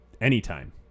Anytime